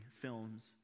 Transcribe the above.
films